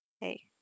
hey